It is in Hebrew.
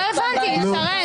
נפל.